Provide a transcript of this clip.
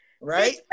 Right